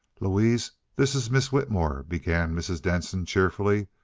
louise, this is miss whitmore, began mrs. denson, cheerfully,